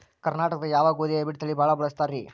ಕರ್ನಾಟಕದಾಗ ಯಾವ ಗೋಧಿ ಹೈಬ್ರಿಡ್ ತಳಿ ಭಾಳ ಬಳಸ್ತಾರ ರೇ?